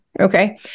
Okay